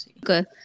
good